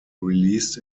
released